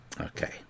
Okay